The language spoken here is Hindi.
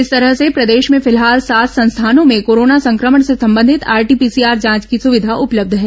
इस तरह से प्रदेश में फिलहाल सात संस्थानों में कोरोना संक्रमण से संबंधित आरटीपीसीआर जांच की सुविधा उपलब्ध है